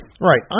Right